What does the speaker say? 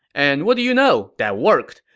and what do you know? that worked.